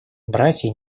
братья